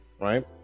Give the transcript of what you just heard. right